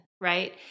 right